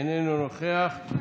איננו נוכח,